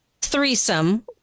threesome